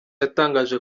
yatangaje